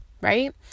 right